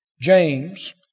James